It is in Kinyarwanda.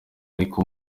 ariko